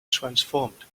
transformed